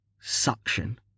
suction